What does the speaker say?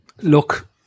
Look